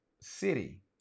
city